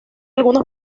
algunos